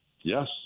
Yes